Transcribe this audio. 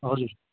हजुर